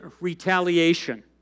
retaliation